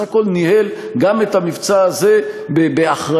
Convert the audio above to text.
הכול ניהל גם את המבצע הזה באחריות,